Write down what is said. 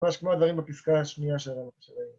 ממש כמו הדברים בפסקה השנייה של ה...